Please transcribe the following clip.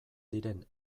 diren